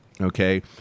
okay